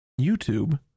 YouTube